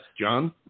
John